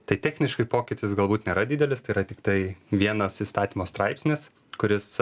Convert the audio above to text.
tai techniškai pokytis galbūt nėra didelis tai yra tiktai vienas įstatymo straipsnis kuris